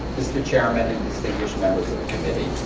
mr. chairman and distinguished members of the committee,